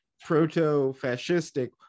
proto-fascistic